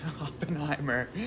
Oppenheimer